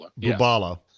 Bubala